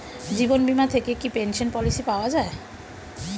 জীবন বীমা থেকে কি পেনশন পলিসি পাওয়া যায়?